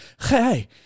hey